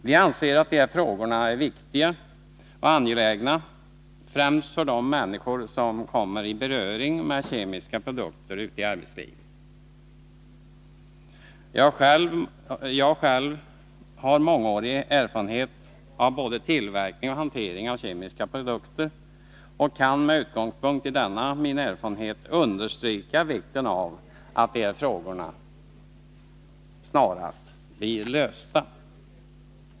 Vi anser att de här frågorna är viktiga och angelägna, främst för de människor som kommer i beröring med kemiska produkter ute i arbetslivet. Jag har själv mångårig erfarenhet av både tillverkning och hantering av kemiska produkter och kan med utgångspunkt i denna min erfarenhet understryka vikten av att de här frågorna snarast blir lösta.